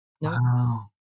wow